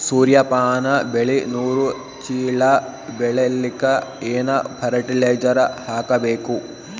ಸೂರ್ಯಪಾನ ಬೆಳಿ ನೂರು ಚೀಳ ಬೆಳೆಲಿಕ ಏನ ಫರಟಿಲೈಜರ ಹಾಕಬೇಕು?